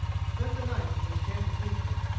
spent the night in this camp of feasting.